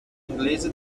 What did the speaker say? inglese